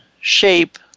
shape